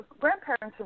grandparents